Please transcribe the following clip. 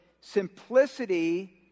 simplicity